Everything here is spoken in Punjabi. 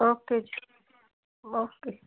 okay ji okay